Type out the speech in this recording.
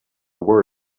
word